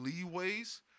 leeways